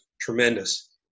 tremendous